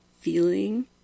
feeling